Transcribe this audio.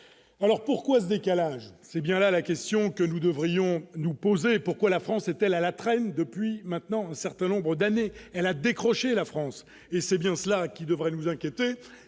alors pourquoi ce décalage, c'est bien là la question que nous devrions nous poser est pourquoi la France est-elle à la traîne depuis maintenant un certain nombre d'années elle a décroché la France et c'est bien cela qui devrait nous inquiéter